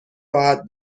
راحت